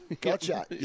Gotcha